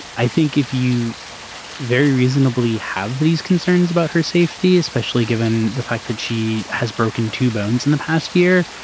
i think if you very reasonably have these concerns about her safety especially given the fact that she has broken two bones in the past year